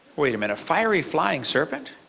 wait a minute a fiery flying serpent?